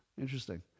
Interesting